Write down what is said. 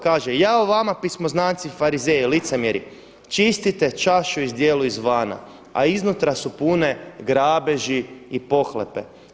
Kaže: Jao vama pismoznanci i farizeji licemjeri, čistite čašu i zdjelu izvana, a iznutra su pune grabeži i pohlepe.